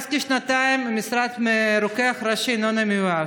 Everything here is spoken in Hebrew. זה כשנתיים משרת הרוקח הראשי איננה מאוישת.